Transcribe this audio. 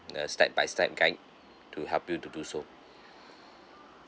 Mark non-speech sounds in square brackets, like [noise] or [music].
the step by step guide to help you to do so [breath]